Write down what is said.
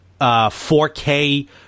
4K